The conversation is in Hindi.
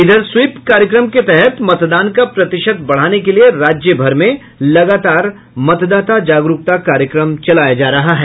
इधर स्वीप कार्यक्रम के तहत मतदान का प्रतिशत बढ़ाने के लिये राज्य भर में लगातार मतदाता जागरूकता कार्यक्रम चलाया जा रहा है